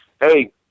Hey